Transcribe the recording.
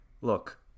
look